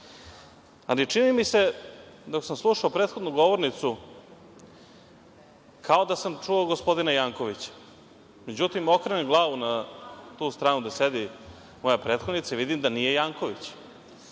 čini mi se, dok sam slušao prethodnu govornicu, kao da sam čuo gospodina Jankovića. Međutim, okrenem glavu na tu stranu gde sedi moja prethodnica i vidim da nije Janković,